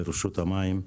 לרשות המים,